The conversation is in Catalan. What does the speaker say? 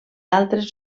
altres